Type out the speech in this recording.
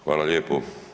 Hvala lijepo.